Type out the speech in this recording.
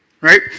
Right